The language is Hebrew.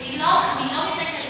היא לא מתכחשת לזה,